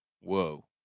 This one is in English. Whoa